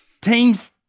Teams